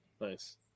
Nice